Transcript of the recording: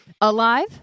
Alive